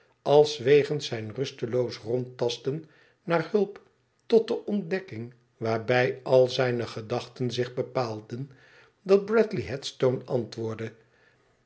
als wegens zijn rusteloos rondtasten naar hnlp tot de ontdekking waarbij al zijne gedachten zich bepaalden dat bradley